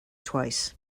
twice